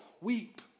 weep